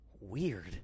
Weird